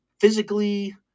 physically